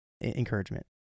encouragement